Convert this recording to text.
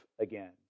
again